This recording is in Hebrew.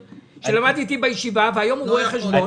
שלמד איתי בישיבה והיום הוא רואה חשבון.